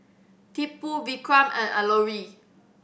Tipu Vikram and Alluri